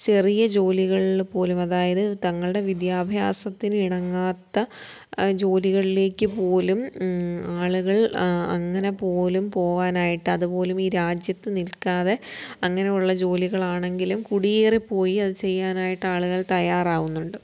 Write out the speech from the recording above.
ചെറിയ ജോലികളില് പോലും അതായത് തങ്ങളുടെ വിദ്യാഭ്യാസത്തിന് ഇണങ്ങാത്ത ജോലികളിലേക്ക് പോലും ആളുകൾ അങ്ങനെ പോലും പോവാനായിട്ട് അത് പോലും ഈ രാജ്യത്ത് നിൽക്കാതെ അങ്ങനെയുള്ള ജോലികളാണെങ്കിലും കുടിയേറെപ്പോയി അത് ചെയ്യാനായിട്ട് ആളുകൾ തയ്യാറാവുന്നുണ്ട്